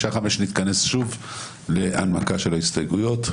בשעה 17:00 נתכנס שוב להנמקה של ההסתייגויות.